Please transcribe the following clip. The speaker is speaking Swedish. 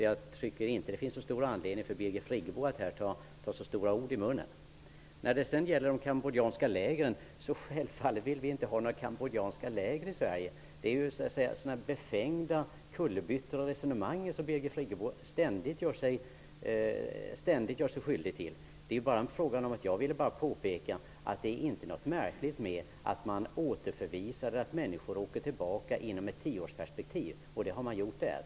Jag tycker inte att det finns så stor anledning för Birgit Friggebo att ta så stora ord i munnen. Vi vill självfallet inte ha några cambodjanska läger i Sverige. Birgit Friggebo gör sig ständigt skyldig till sådana befängda kullerbyttor och resonemang. Jag ville bara påpeka att det inte är något märkligt med att man återförvisar människor och låter dem åka tillbaka inom en tioårsperiod. Det har man gjort i Thailand.